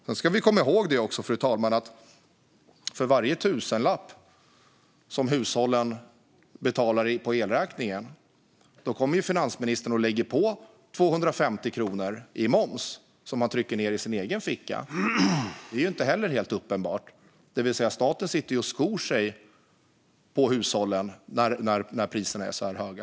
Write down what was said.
Vi ska också komma ihåg att för varje tusenlapp som hushållen betalar på sin elräkning lägger finansministern på 250 kronor i moms, som han trycker ned i sin egen ficka. Det är inte heller helt uppenbart. Staten skor sig på hushållen när priserna är så här höga.